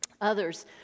Others